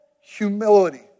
humility